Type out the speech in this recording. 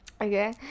Okay